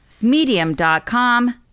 Medium.com